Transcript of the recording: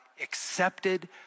accepted